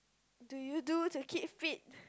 do you do to keep fit